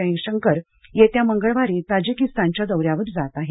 जयशंकर हे येत्या मंगळवारी ताजिकिस्तानच्या दौऱ्यावर जात आहेत